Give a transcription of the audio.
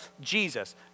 Jesus